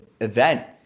event